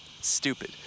Stupid